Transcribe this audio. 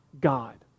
God